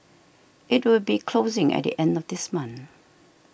it will be closing at the end of this month